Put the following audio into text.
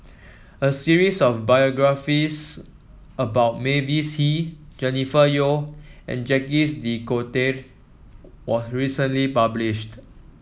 a series of biographies about Mavis Hee Jennifer Yeo and Jacques De Coutre was recently published